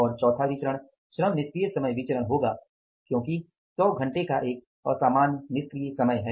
और चौथा विचरण श्रम निष्क्रिय समय विचरण होगा क्योंकि 100 घंटे का एक असामान्य निष्क्रिय समय है